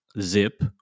Zip